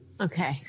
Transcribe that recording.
Okay